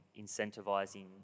incentivizing